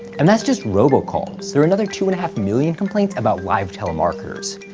and that's just robocalls. there are another two and a half million complaints about live telemarketers.